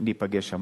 להיפגש שם.